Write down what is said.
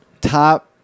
Top